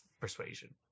persuasion